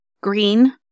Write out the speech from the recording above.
Green